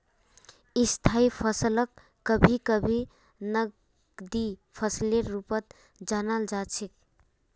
स्थायी फसलक कभी कभी नकदी फसलेर रूपत जानाल जा छेक